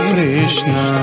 Krishna